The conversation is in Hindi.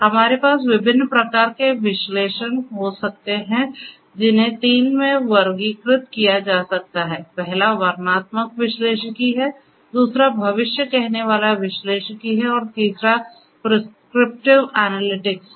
हमारे पास विभिन्न प्रकार के विश्लेषण हो सकते हैं जिन्हें तीन में वर्गीकृत किया जा सकता है पहला वर्णनात्मक विश्लेषिकी है दूसरा भविष्य कहनेवाला विश्लेषिकी है और तीसरा प्रिस्क्रिप्टिव एनालिटिक्स है